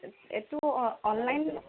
এইটো অনলাইন